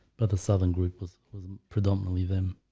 but the southern group was was predominantly them.